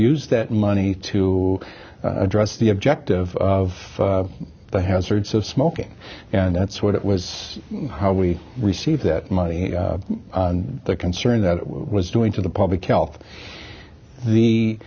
use that money to address the objective of the hazards of smoking and that's what it was how we received that money and the concern that it was doing to the public health the